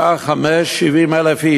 בשעה 17:00,